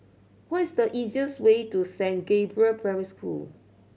what is the easiest way to Saint Gabriel Primary School